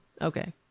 okay